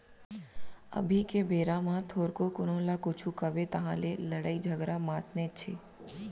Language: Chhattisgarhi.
अभी के बेरा म थोरको कोनो ल कुछु कबे तहाँ ले लड़ई झगरा मातनेच हे